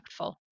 impactful